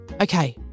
okay